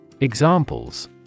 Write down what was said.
Examples